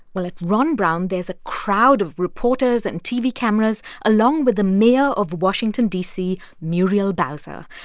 well, at ron brown, there's a crowd of reporters and tv cameras along with the mayor of washington, d c, muriel bowser.